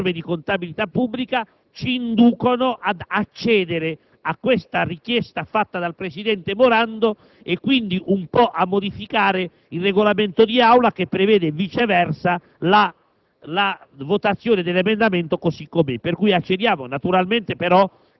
ma che comunque si presenta come un *vulnus* gravissimo alle norme di contabilità pubblica, ci induce ad accedere alla richiesta fatta dal presidente Morando e quindi a derogare un po' al Regolamento del Senato, che prevede, viceversa, la